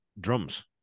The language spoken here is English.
drums